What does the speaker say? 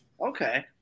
Okay